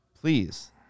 please